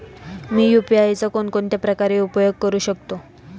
मी UPI चा कोणकोणत्या प्रकारे उपयोग करू शकतो?